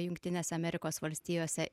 jungtinėse amerikos valstijose